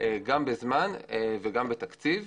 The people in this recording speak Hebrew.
גם בזמן וגם בתקציב.